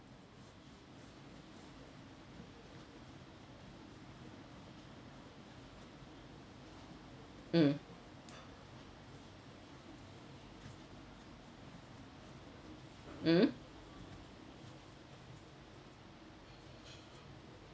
mm mm